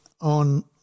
on –